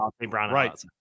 Right